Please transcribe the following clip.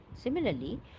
Similarly